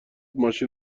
ماشین